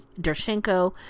dershenko